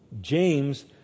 James